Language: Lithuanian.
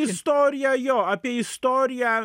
istoriją jo apie istoriją